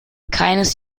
keines